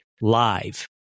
live